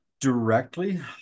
directly